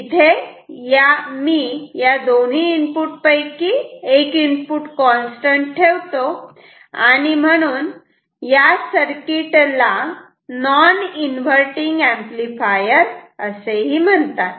इथे मी या दोन्ही इनपुट पैकी एक इनपुट कॉन्स्टंट ठेवतो आणि या सर्किटला नॉन इन्व्हर्टटिंग एंपलीफायर असेही म्हणतात